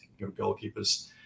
goalkeepers